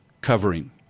covering